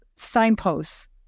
signposts